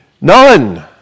None